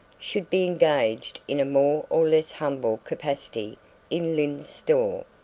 should be engaged in a more or less humble capacity in lyne's store.